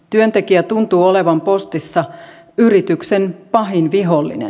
työntekijä tuntuu olevan postissa yrityksen pahin vihollinen